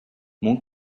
mon